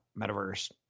Metaverse